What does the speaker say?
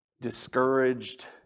discouraged